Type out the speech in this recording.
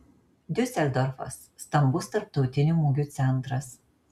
diuseldorfas stambus tarptautinių mugių centras